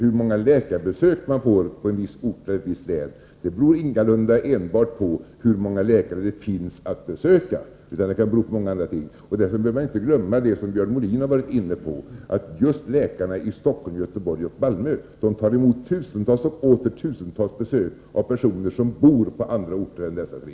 Hur många läkarbesök man får på en viss ort eller i ett visst län beror ingalunda enbart på hur många läkare det finns att besöka, utan det kan bero på många andra ting. Därför bör man inte glömma det som Björn Molin tog upp, nämligen att läkarna i just Stockholm, Göteborg och Malmö tar emot tusentals och åter tusentals besök av personer som bor på andra orter än dessa tre.